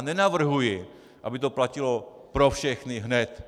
Nenavrhuji, aby to platilo pro všechny hned.